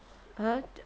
!huh!